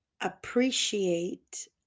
appreciate